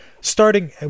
starting